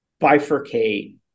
bifurcate